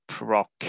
rock